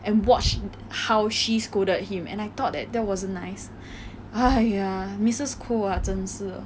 and watch how she scolded him and I thought that that wasn't nice !aiya! missus koh ah 真是的